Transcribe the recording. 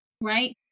right